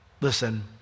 Listen